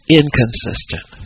inconsistent